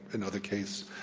another case,